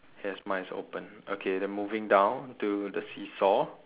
yes mine is opened okay the moving down to the seesaw